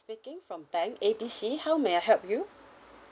speaking from bank A B C how may I help you